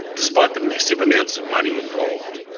despite the massive amounts of money involved.